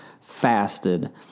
fasted